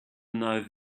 knife